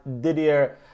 Didier